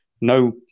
no